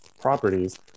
properties